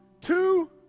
two